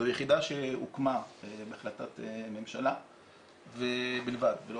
זו יחידה שהוקמה בהחלטת ממשלה בלבד ולא